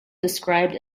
described